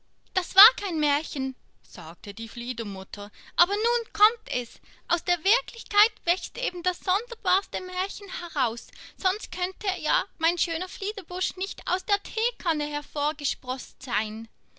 das war kein märchen sagte die fliedermutter aber nun kommt es aus der wirklichkeit wächst eben das sonderbarste märchen heraus sonst könnte ja mein schöner fliederbusch nicht aus der theekanne hervorgesproßt sein